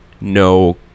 no